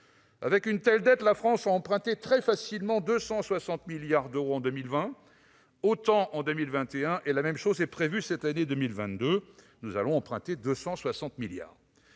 Avec une telle dette, la France a emprunté très facilement 260 milliards d'euros en 2020, autant en 2021 et la même chose est prévue pour cette année 2022. Vous avez sans doute rencontré